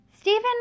Stephen